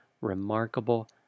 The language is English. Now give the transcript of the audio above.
remarkable